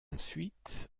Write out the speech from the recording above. ensuite